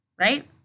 right